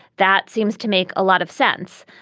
that seems to make a lot of sense.